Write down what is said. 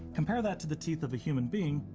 compare that to the teeth of a human being,